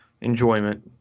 enjoyment